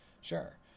Sure